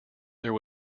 there